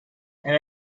and